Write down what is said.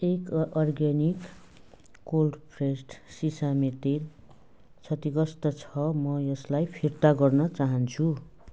एक organic cold pressed sesame तेल क्षतिग्रस्त छ म यसलाई फिर्ता गर्न चाहन्छु